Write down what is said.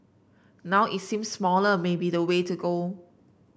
now it seems smaller may be the way to go